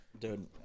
Dude